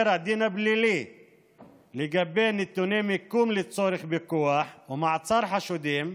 הדין הפלילי לגבי נתוני מיקום לצורך פיקוח ומעצר חשודים: